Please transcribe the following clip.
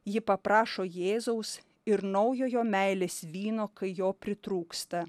ji paprašo jėzaus ir naujojo meilės vyno kai jo pritrūksta